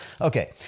Okay